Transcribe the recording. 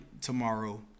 Tomorrow